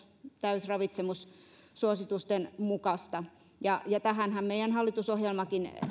täysin ravitsemussuositusten mukaista ja ja tähänhän meidän hallitusohjelmammekin